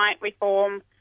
reform